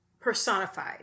personified